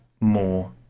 more